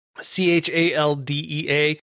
C-H-A-L-D-E-A